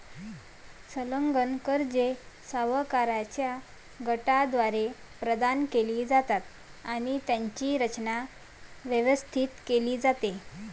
संलग्न कर्जे सावकारांच्या गटाद्वारे प्रदान केली जातात आणि त्यांची रचना, व्यवस्था केली जाते